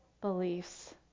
beliefs